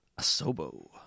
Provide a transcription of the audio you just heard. Asobo